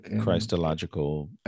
Christological